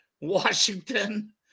washington